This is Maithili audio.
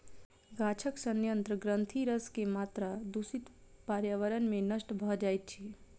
गाछक सयंत्र ग्रंथिरस के मात्रा दूषित पर्यावरण में नष्ट भ जाइत अछि